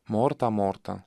morta morta